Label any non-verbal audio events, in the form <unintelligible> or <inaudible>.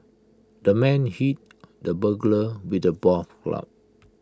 the man hit the burglar with A <unintelligible> club